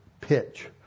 pitch